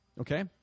okay